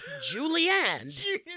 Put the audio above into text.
Julianne